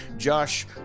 Josh